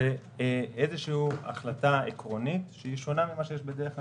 על החלטה עקרונית, שהיא שונה ממה שיש בדרך כלל.